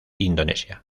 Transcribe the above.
indonesia